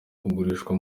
kugurishwa